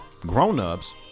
grown-ups